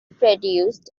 produced